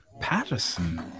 Patterson